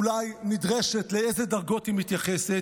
אולי נדרשת, לאיזו דרגות היא מתייחסת.